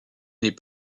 n’est